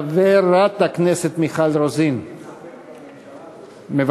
חברת הכנסת מיכל רוזין, מוותרת.